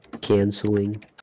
canceling